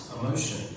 emotion